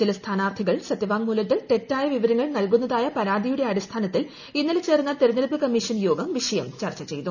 ചില സ്ഥാനാർത്ഥികൾ സത്യവ്ടിങ്ങ്മൂലത്തിൽ തെറ്റായ വിവരങ്ങൾ നൽകുന്നതായ പരാതിയുടെ ് അടിസ്ഥാനത്തിൽ ഇന്നലെ ചേർന്ന തിരഞ്ഞടുപ്പ് കമ്മീഷൻ യോഗം വിഷയം ചർച്ച ചെയ്തു